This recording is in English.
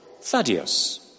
Thaddeus